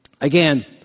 Again